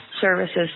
services